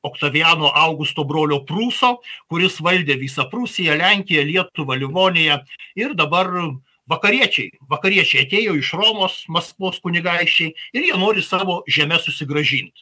oktaviano augusto brolio prūso kuris valdė visą prūsiją lenkiją lietuvą livoniją ir dabar vakariečiai vakariečiai atėjo iš romos maskvos kunigaikščiai ir jie nori savo žemes susigrąžint